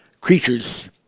creatures